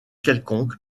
quelconque